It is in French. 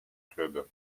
club